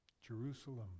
Jerusalem